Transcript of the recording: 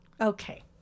Okay